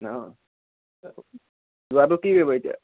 অঁ যোৱাটো কি কৰিবা এতিয়া